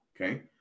Okay